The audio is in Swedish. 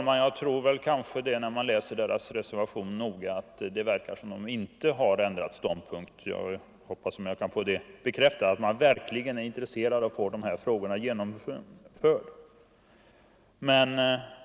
Men jag tror inte, vilket man ser om man läser deras reservation noga, att de ändrat ståndpunkt. Jag hoppas kunna få bekräftat att de verkligen är intresserade av att få en beslutande folkomröstning.